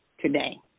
today